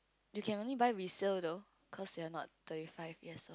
you can only buy resale though cause you are not thirty five years